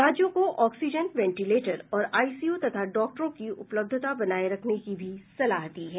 राज्यों को oxygen ventilator और आईसीयू तथा डॉक्टरों की उपलब्धता बनाये रखने की भी सलाह दी है